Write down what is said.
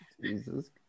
Jesus